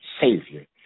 Savior